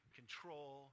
control